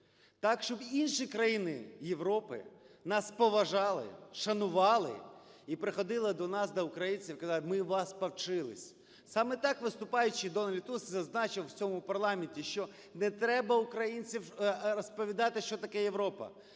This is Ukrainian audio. Так, щоб інші країни Європи нас поважали, шанували і приходили до нас, до українців і казали, ми у вас повчились. Саме так виступаючи, Дональд Туск зазначив, у цьому парламенті: "що не треба українцям розповідати, що таке Європа,